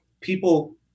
People